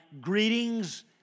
greetings